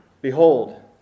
behold